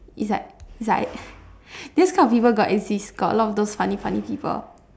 it's like it's like this kind of people got exist got a lot of those funny funny people